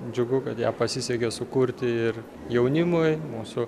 džiugu kad ją pasisekė sukurti ir jaunimui mūsų